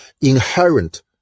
inherent